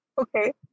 okay